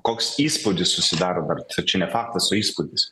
koks įspūdis susidaro var tai čia ne faktas o įspūdis